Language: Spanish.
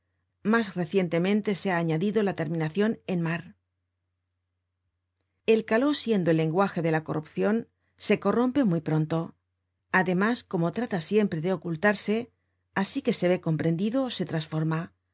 mas recientemente se ha añadido la terminacion en mar el caló siendo el lenguaje de la corrupcion se corrompe muy pronto además como trata siempre de ocultarse asi que se ve comprendido se trasforma